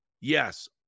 Yes